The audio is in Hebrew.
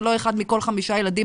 זה לא אחד מכל חמישה ילדים,